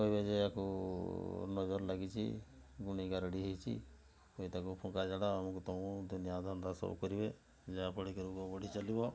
କହିବେ ଯେ ଆକୁ ନଜର ଲାଗିଛି ଗୁଣି ଗାରେଡ଼ି ହେଇଛି ତେବେ ତାକୁ ଫୁଙ୍କା ଝଡ଼ା ଅମକୁ ତମକୁ ଦୁନିଆ ଧନ୍ଦା ସବୁ କରିବେ ଯାହା ଫଳରେ କି ରୋଗ ବଢ଼ି ଚାଲିବ